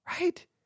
right